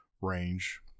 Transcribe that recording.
range